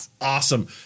awesome